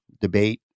debate